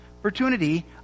opportunity